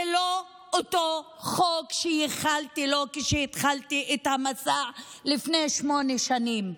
זה לא אותו חוק שייחלתי לו כשהתחלתי את המסע לפני שמונה שנים,